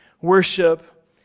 worship